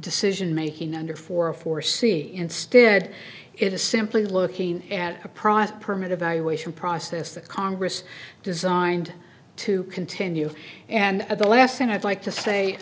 decision making under four or four c instead it is simply looking at a profit permit evaluation process that congress designed to continue and the last thing i'd like to say